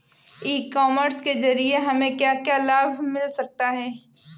ई commerce के ज़रिए हमें क्या क्या लाभ मिल सकता है?